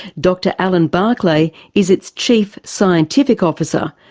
dr alan barclay is its chief scientific officer,